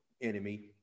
enemy